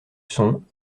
son